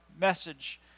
message